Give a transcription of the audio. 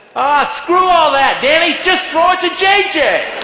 ah screw all that danny, just throw it to j j!